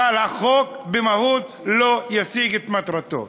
אבל החוק במהות לא ישיג את מטרתו.